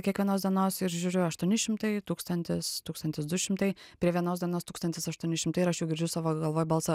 kiekvienos dienos ir žiūriu aštuoni šimtai tūkstantis tūkstantis du šimtai prie vienos dienos tūkstantis aštuoni šimtai ir aš jau girdžiu savo galvoj balsą